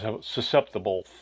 susceptible